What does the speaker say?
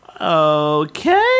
Okay